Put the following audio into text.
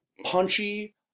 punchy